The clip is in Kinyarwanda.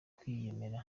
kwiyemera